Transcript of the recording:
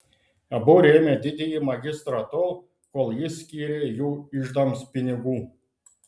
abu rėmė didįjį magistrą tol kol jis skyrė jų iždams pinigų